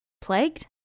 plagued